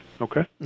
Okay